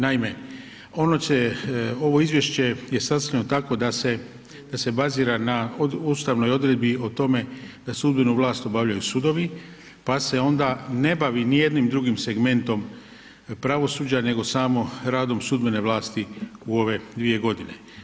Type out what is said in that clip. Naime, ovo izvješće je sastavljeno tako da se bazira na ustavnoj odredbi o tome da sudbenu vlast obavljaju sudovi pa se onda ne bavi nijednim drugim segmentom pravosuđa nego samo radom sudbene vlasti u ove 2 godine.